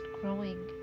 growing